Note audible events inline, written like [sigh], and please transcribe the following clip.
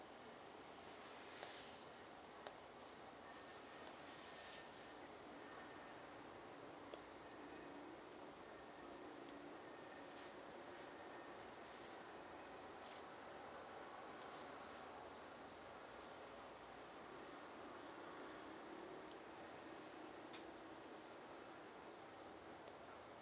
[breath]